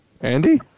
Andy